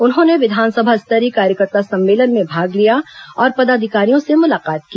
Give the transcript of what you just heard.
उन्होंने विधानसभा स्तरीय कार्यकर्ता सम्मेलन में भाग लिया और पदाधिकारियों से मुलाकात की